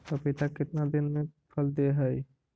पपीता कितना दिन मे फल दे हय?